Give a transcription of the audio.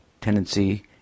tendency